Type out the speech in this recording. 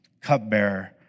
cupbearer